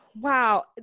Wow